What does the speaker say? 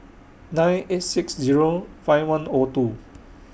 nine eight six Zero five one O two